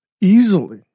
easily